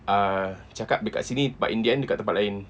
uh cakap dekat sini but in the end dekat tempat lain